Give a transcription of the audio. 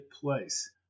place